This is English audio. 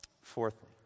Fourthly